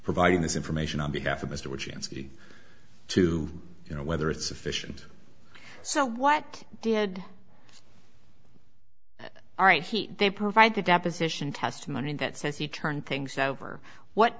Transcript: providing this information on behalf of mr richman city to you know whether it's sufficient so what did all right he they provide the deposition testimony that says he turned things over what